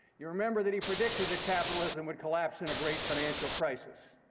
you remember that he predicted that capitalism would collapse in a great financial crisis.